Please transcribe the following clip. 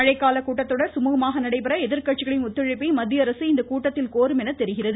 மழைக்கால கூட்டத்தொடர் சுமூகமாக நடைபெற எதிர்கட்சிகளின் ஒத்துழைப்பை மத்திய அரசு இந்த கூட்டத்தில் கோரும் என தெரிகிறது